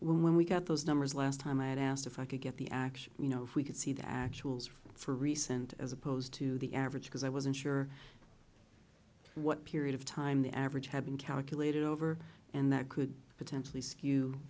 x when we got those numbers last time i asked if i could get the actual you know if we could see the actual for recent as opposed to the average because i wasn't sure what period of time the average had been calculated over and that could potentially skew